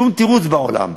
שום תירוץ בעולם,